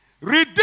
Redeem